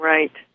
Right